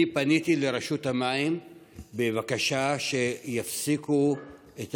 אני פניתי לרשות המים בבקשה שיפסיקו את